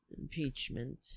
Impeachment